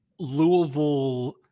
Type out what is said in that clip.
louisville